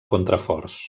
contraforts